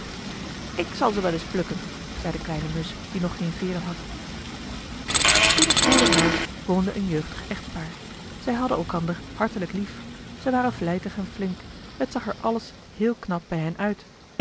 ik zal ze wel eens plukken zei de kleine musch die nog geen veeren had in het boerenhuis woonde een jeugdig echtpaar zij hadden elkander hartelijk lief zij waren vlijtig en flink het zag er alles heel knap bij hen uit